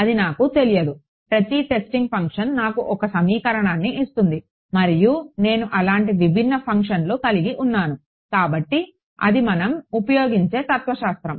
అది నాకు తెలియదు ప్రతి టెస్టింగ్ ఫంక్షన్ నాకు ఒక సమీకరణాన్ని ఇస్తుంది మరియు నేను అలాంటి విభిన్న ఫంక్షన్లు కలిగి ఉన్నాను కాబట్టి అది మనం ఉపయోగించే తత్వశాస్త్రం